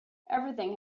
everything